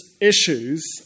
issues